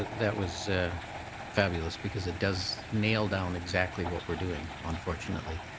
that was fabulous because it does nail down exactly what we're doing, unfortunately,